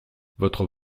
votre